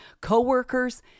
co-workers